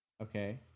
Okay